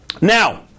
Now